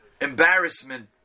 embarrassment